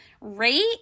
rate